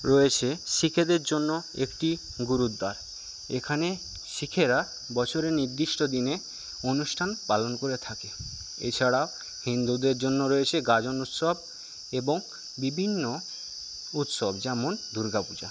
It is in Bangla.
রয়েছে শিখেদের জন্য একটি গুরুদ্বার এখানে শিখেরা বছরের নির্দিষ্ট দিনে অনুষ্ঠান পালন করে থাকে এছাড়া হিন্দুদের জন্য রয়েছে গাজন উৎসব এবং বিভিন্ন উৎসব যেমন দুর্গা পূজা